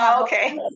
okay